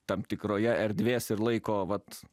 tam tikroje erdvės ir laiko vat